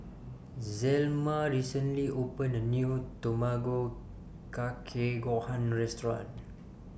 Zelma recently opened A New Tamago Kake Gohan Restaurant